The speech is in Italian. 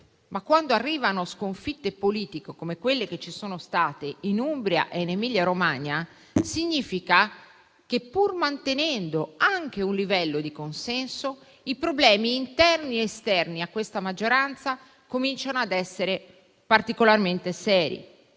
ma quando arrivano sconfitte politiche, come quelle che ci sono state in Umbria e in Emilia-Romagna, significa che, pur mantenendo un livello di consenso, i problemi interni ed esterni a questa maggioranza cominciano ad essere particolarmente seri